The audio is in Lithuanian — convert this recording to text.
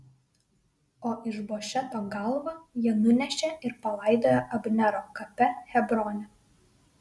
o išbošeto galvą jie nunešė ir palaidojo abnero kape hebrone